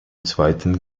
zweiten